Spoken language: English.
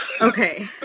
Okay